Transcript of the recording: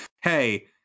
Hey